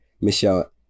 Michelle